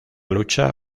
lucha